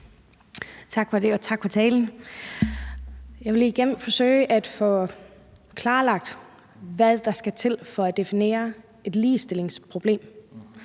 Tak for det, og tak for talen. Jeg vil egentlig gerne forsøge at få klarlagt, hvad der skal til for at definere et ligestillingsproblem.